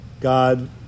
God